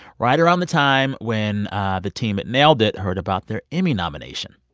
right around the time when the team at nailed it! heard about their emmy nomination.